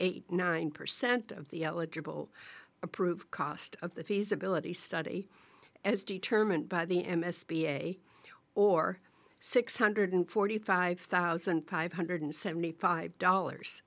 eight nine percent of the eligible approved cost of the feasibility study as determined by the m s p a or six hundred forty five thousand five hundred seventy five dollars